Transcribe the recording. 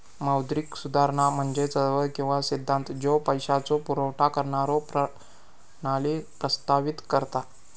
मौद्रिक सुधारणा म्हणजे चळवळ किंवा सिद्धांत ज्यो पैशाचो पुरवठा करणारो प्रणाली प्रस्तावित करता